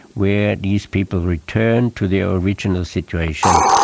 where these people return to their original situation,